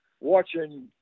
watching